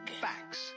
Facts